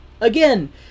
Again